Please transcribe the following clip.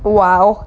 !wow!